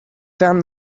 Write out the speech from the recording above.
found